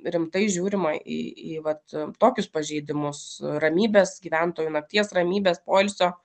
rimtai žiūrima į į vat tokius pažeidimus ramybės gyventojų nakties ramybės poilsio